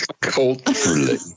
Culturally